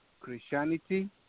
Christianity